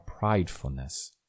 pridefulness